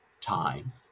time